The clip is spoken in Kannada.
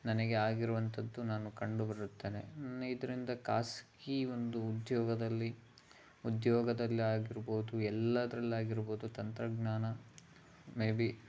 ನನಗೆ ಆಗಿರುವಂಥದ್ದು ನಾನು ಕಂಡುಬರುತ್ತೇನೆ ನನ್ನ ಇದರಿಂದ ಖಾಸಗಿ ಒಂದು ಉದ್ಯೋಗದಲ್ಲಿ ಉದ್ಯೋಗದಲ್ಲಿ ಆಗಿರ್ಬೌದು ಎಲ್ಲಾದ್ರಲ್ಲಿ ಆಗಿರ್ಬೌದು ತಂತ್ರಜ್ಞಾನ ಮೇಬಿ